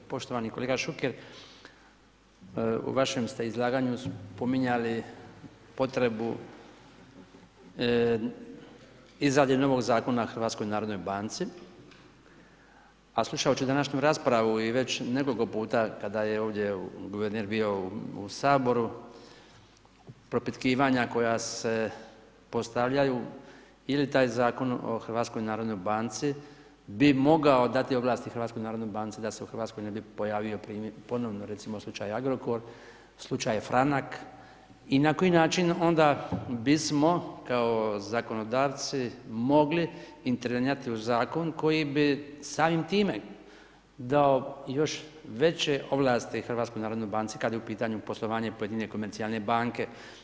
Poštovani kolega Šuker, u vašem ste izlaganju spominjali potrebu, izradi novog zakona HNB, a slušajući današnju raspravu i već nekoliko puta kada je ovdje guverner bio u Saboru, propitkivanja koja se postavljaju je li taj Zakon o HNB bi mogao dati ovlasti HNB da se u Hrvatskoj ne bi pojavio ponovno recimo slučaj Agrokor, slučaj franak i na koji način onda bismo kao zakonodavci mogli intervenirati u zakon koji bi samim time dao još veće ovlasti HNB kad je u pitanju poslovanje pojedine komercijalne banke.